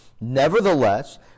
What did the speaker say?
Nevertheless